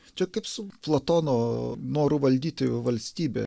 čia kaip su platono noru valdyti valstybę